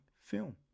film